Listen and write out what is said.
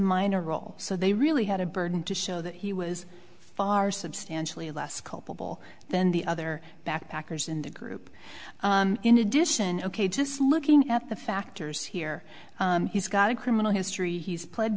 minor role so they really had a burden to show that he was far substantially less culpable than the other backpackers in the group in addition ok just looking at the factors here he's got a criminal history he's pled